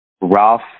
Ralph